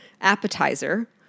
appetizer